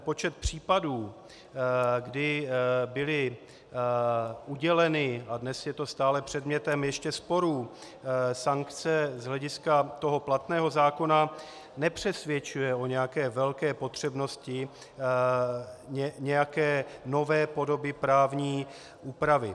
Počet případů, kdy byly uděleny, a dnes je to stále ještě předmětem sporů, sankce z hlediska platného zákona, nepřesvědčuje o nějaké velké potřebnosti nějaké nové podoby právní úpravy.